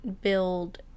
build